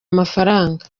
amafaranga